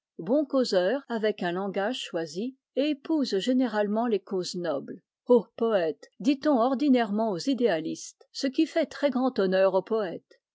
bon causeur avec un langage choisi et épouse généralement les causes nobles ô poète dit-on ordinairement aux idéalistes ce qui fait très grand honneur aux poètes